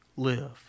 live